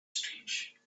strange